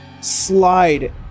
slide